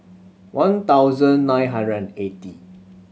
one thousand nine hundred and eighty